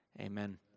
Amen